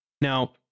Now